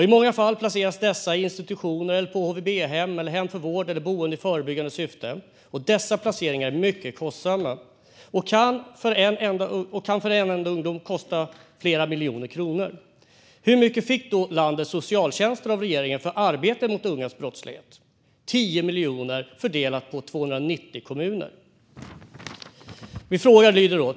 I många fall placeras dessa i institutioner och på HVB-hem - hem för vård eller boende - i förebyggande syfte, och dessa placeringar är mycket kostsamma. Det kan för en enda ungdom kosta flera miljoner kronor. Hur mycket fick då landets socialtjänster av regeringen för arbetet mot ungas brottslighet? De fick 10 miljoner fördelat på 290 kommuner.